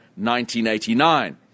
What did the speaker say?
1989